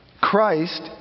Christ